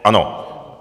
Ano.